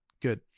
Good